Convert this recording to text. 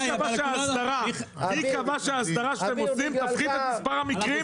היא קבעה שההסדרה שהם עושים תפחית את מספר המקרים,